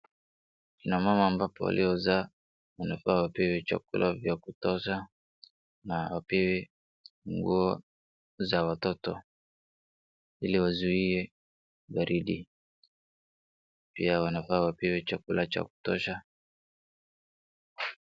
Kuna mama ambapo aliozaa wanafaa wapewe chakula vya kutosha na wapewe nguo za watoto ili wazuie baridi pia wanafaa wapewe chakula cha kutosha.